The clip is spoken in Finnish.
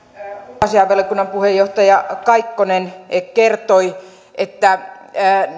ulkoasiainvaliokunnan puheenjohtaja kaikkonen kertoi että